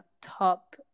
Top